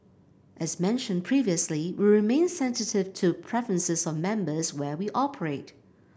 as mentioned previously we remain sensitive to preferences of members where we operate